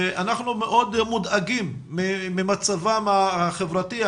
ואנחנו מאוד מודאגים ממצבים החברתי,